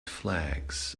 flags